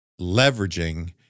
leveraging